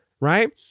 right